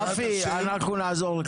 רפי, אנחנו נעזור לך.